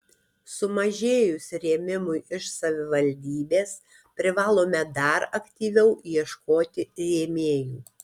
sumažėjus rėmimui iš savivaldybės privalome dar aktyviau ieškoti rėmėjų